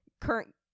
current